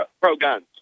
pro-guns